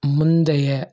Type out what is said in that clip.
முந்தைய